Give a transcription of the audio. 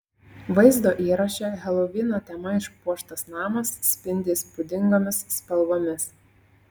vaizdo įraše helovino tema išpuoštas namas spindi įspūdingomis spalvomis